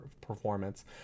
performance